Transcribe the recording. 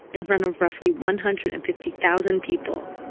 in front of roughly one hundred and fifty thousand people,